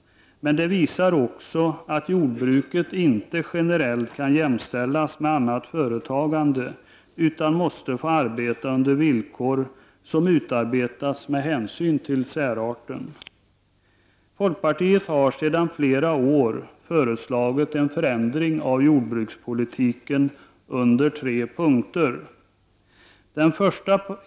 Men det visar också att jordbruket generellt inte kan jämställas med annat företagande, utan måste få arbeta under villkor som utarbetats med hänsyn till dess särart. Folkpartiet har sedan flera år tillbaka föreslagit en förändring av jordbrukspolitiken i tre punkter.